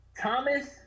Thomas